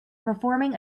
performing